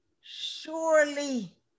Surely